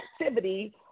activity